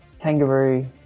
Kangaroo